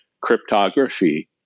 cryptography